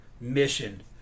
mission